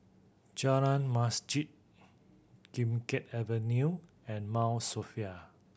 Jalan Masjid Kim Keat Avenue and Mount Sophia